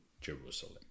Jerusalem